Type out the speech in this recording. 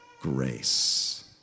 grace